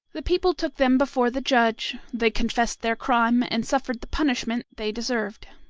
the people took them before the judge, they confessed their crime, and suffered the punishment they deserved.